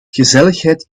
gezelligheid